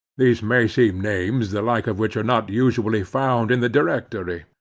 these may seem names, the like of which are not usually found in the directory.